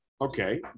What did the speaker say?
Okay